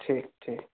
ঠিক ঠিক